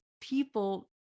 people